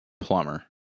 plumber